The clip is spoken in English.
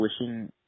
wishing